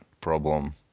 problem